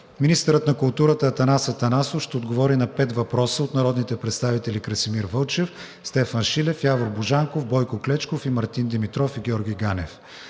министърът на културата Атанас Атанасов ще отговори на пет въпроса от народните представители Красимир Вълчев; Стефан Шилев; Явор Божанков; Бойко Клечков; и Мартин Димитров и Георги Ганев;